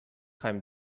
خوایم